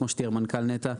כמו שתיאר מנכ"ל נת"ע,